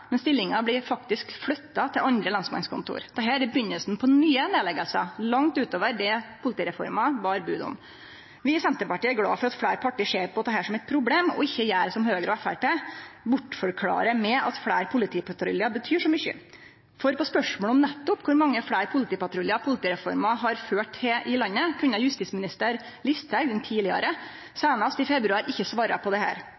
men stillingar blir faktisk flytta til andre lensmannskontor. Dette er starten på nye nedleggingar langt utover det politireforma bar bod om. Vi i Senterpartiet er glade for at fleire parti ser dette som eit problem og ikkje gjer som Høgre og Framstegspartiet, som bortforklarer med at fleire politipatruljar betyr så mykje. På spørsmål om nettopp kor mange fleire politipatruljar politireforma har ført til i landet, kunne den tidlegare justisministeren Listhaug seinast i februar ikkje svare på